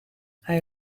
hij